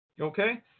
Okay